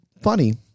funny